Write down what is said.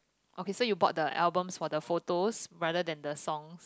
okay so you bought the albums for the photos rather than the song